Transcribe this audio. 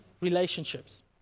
relationships